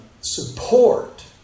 support